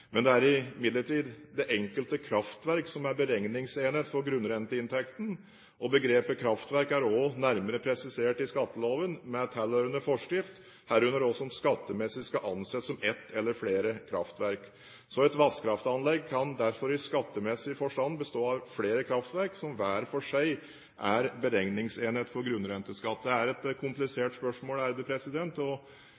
Det er imidlertid det enkelte kraftverk som er beregningsenhet for grunnrenteinntekten. Begrepet «kraftverk» er også nærmere presisert i skatteloven med tilhørende forskrift, herunder hva som skattemessig skal anses som ett eller flere kraftverk. Et vannkraftanlegg kan derfor i skattemessig forstand bestå av flere kraftverk, som hver for seg er beregningsenhet for grunnrenteskatt. Det er et